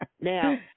Now